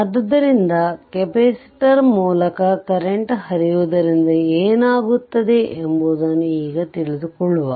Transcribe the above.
ಆದ್ದರಿಂದ ಕೆಪಾಸಿಟರ್ ಮೂಲಕ ಕರೆಂಟ್ ಹರಿಯುವುದರಿಂದ ಏನಾಗುತ್ತದೆ ಎಂಬುದನ್ನು ಈಗ ತಿಳಿದುಕೊಳ್ಳುವ